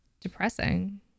Depressing